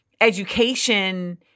education